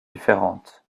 différentes